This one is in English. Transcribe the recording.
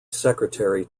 secretary